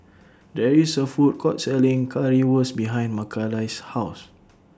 There IS A Food Court Selling Currywurst behind Makaila's House